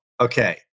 Okay